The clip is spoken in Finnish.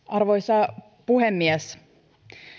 arvoisa puhemies